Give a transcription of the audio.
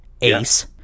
Ace